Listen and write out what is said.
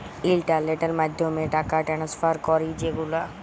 ইলটারলেটের মাধ্যমে টাকা টেনেসফার ক্যরি যে গুলা